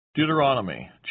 Deuteronomy